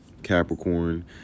Capricorn